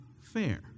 fair